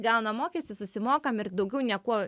gaunam mokestį susimokam ir daugiau niekuo